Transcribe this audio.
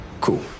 Cool